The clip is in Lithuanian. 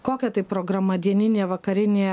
kokia tai programa dieninė vakarinė